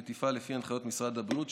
והיא תפעל לפי הנחיות משרד הבריאות,